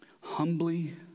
humbly